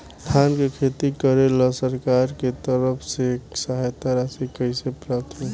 धान के खेती करेला सरकार के तरफ से सहायता राशि कइसे प्राप्त होइ?